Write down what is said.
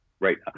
Right